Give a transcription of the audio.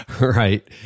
right